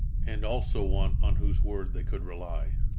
and also one on whose word they could rely.